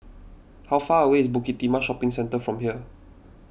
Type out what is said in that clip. how far away is Bukit Timah Shopping Centre from here